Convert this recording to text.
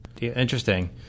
Interesting